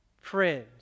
friends